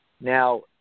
Now